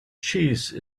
cheese